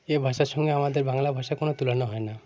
এ ভাষার সঙ্গে আমাদের বাংলা ভাষা কোনো তুলনো হয় না